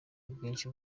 ubwinshi